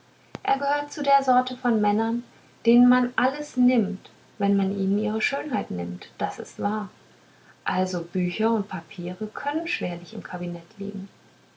er gehört zu der sorte von männern denen man alles nimmt wenn man ihnen ihre schönheit nimmt das ist wahr also bücher und papiere können schwerlich im kabinett liegen